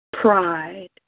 pride